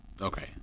Okay